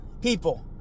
people